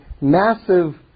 massive